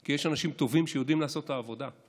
כי יש אנשים טובים שיודעים לעשות את העבודה.